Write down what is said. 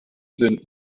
sind